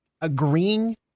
agreeing